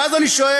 ואז אני שואל,